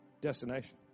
destination